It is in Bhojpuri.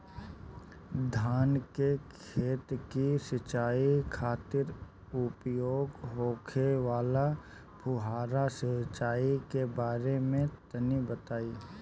धान के खेत की सिंचाई खातिर उपयोग होखे वाला फुहारा सिंचाई के बारे में तनि बताई?